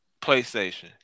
PlayStation